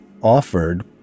offered